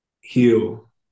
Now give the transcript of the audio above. heal